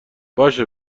باشه